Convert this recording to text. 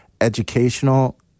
educational